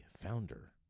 founder